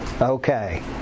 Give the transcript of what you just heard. Okay